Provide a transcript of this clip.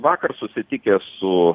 vakar susitikęs su